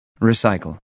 Recycle